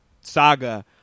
saga